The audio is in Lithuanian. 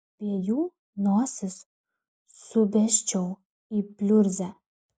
abiejų nosis subesčiau į pliurzę